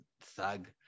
thug